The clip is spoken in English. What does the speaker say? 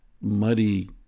muddy